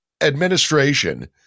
administration